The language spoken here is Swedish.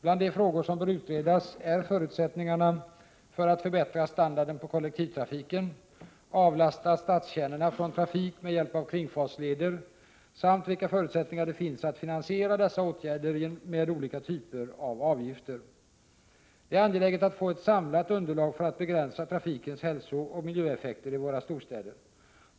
Bland de frågor som bör utredas är förutsättningarna för att förbättra standarden på kollektivtrafiken, avlasta stadskärnorna från trafik med hjälp av kringfartsleder samt vilka förutsättningar det finns att finansiera dessa åtgärder med olika typer av avgifter. Det är angeläget att få ett samlat underlag för att begränsa trafikens hälsooch miljöeffekter i våra storstäder.